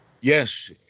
Yes